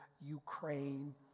Ukraine